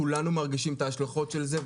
כולנו מרגישים את ההשלכות של זה,